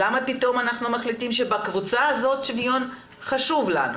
למה פתאום אנחנו מחליטים שבקבוצה הזאת שוויון חשוב לנו,